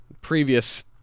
previous